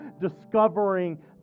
discovering